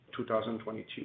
2022